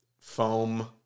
foam